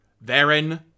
Therein